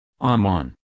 Amman